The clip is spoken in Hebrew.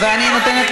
אבל זה כל הרעיון.